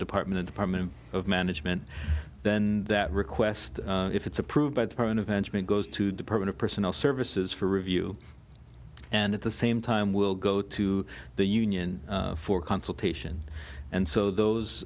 department of department of management then that request if it's approved by the current events make goes to department of personnel services for review and at the same time will go to the union for consultation and so those